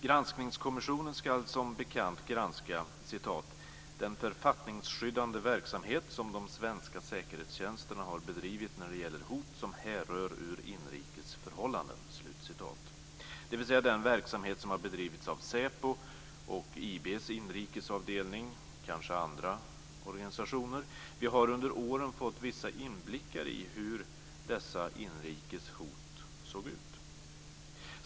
Granskningskommissionen ska som bekant granska "den författningsskyddande verksamhet som de svenska säkerhetstjänsterna har bedrivit när det gäller hot som härrör ur inrikes förhållanden". Det handlar alltså om den verksamhet som har bedrivits av SÄPO och IB:s inrikesavdelning och kanske av andra organisationer. Vi har under årens lopp fått vissa inblickar i hur dessa inrikes hot såg ut.